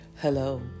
Hello